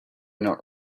not